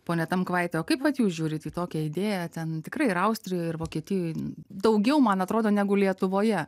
pone tamkvaiti kaip vat jūs žiūrit į tokią idėją ten tikrai ir austrijoj ir vokietijoje daugiau man atrodo negu lietuvoje